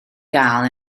gael